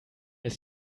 ist